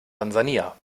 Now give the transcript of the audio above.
tansania